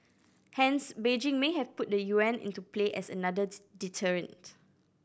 hence Beijing may have put the yuan into play as another deterrent